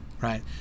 Right